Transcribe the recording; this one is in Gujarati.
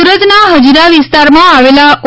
પાટિલ સુરતના હજીરા વિસ્તારમાં આવેલા ઓ